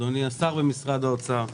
אדוני השר במשרד האוצר.